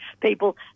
people